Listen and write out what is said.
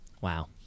wow